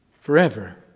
Forever